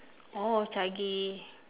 oh chage